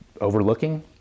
overlooking